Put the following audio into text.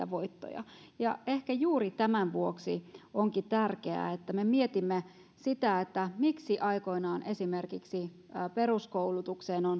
voittoja ehkä juuri tämän vuoksi onkin tärkeää että me mietimme miksi aikoinaan esimerkiksi peruskoulutuksessa